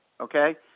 okay